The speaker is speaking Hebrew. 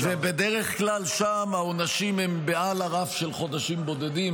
ובדרך כלל שם העונשים הם מעל הרף של חודשים בודדים.